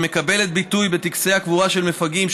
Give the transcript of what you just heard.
שמקבלת ביטוי במסגרת טקסי הקבורה של מפגעים,